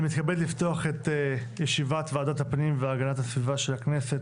אני מתכבד לפתוח את ישיבת ועדת הפנים והגנת הסביבה של הכנסת.